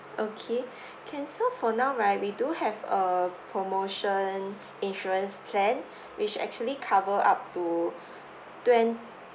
okay can so for now right we do have a promotion insurance plan which actually cover up to twent~